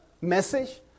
message